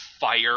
fire